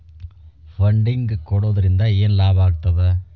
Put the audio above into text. Funding ಕೊಡೊದ್ರಿಂದಾ ಏನ್ ಲಾಭಾಗ್ತದ?